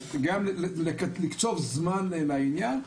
אז גם לקצוב זמן לענין.